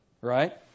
right